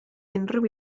unrhyw